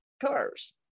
cars